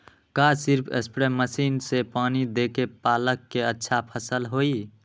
का सिर्फ spray machine से पानी देके पालक के अच्छा फसल होई?